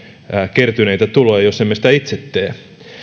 kertyneitä tuloja jos emme sitä itse tee